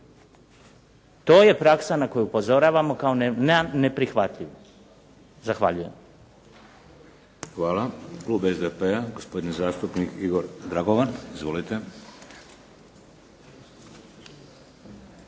To je praksa na koju upozoravamo kao neprihvatljivu. Zahvaljujem.